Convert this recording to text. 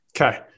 Okay